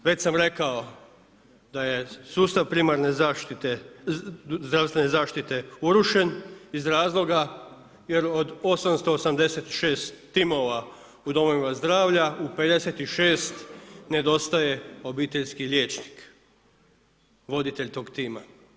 Već sam rekao da je sustav primarne zaštite, zdravstvene zaštite urušen iz razloga jer od 886 timova u domovima zdravlja u 56 nedostaje obiteljski liječnik, voditelj tog tima.